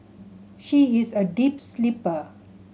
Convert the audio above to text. she is a deep sleeper